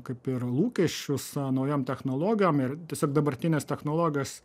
kaip ir lūkesčius naujom technologijom ir tiesiog dabartinės technologijos